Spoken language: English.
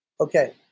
Okay